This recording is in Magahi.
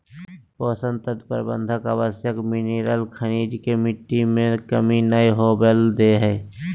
पोषक तत्व प्रबंधन आवश्यक मिनिरल खनिज के मिट्टी में कमी नै होवई दे हई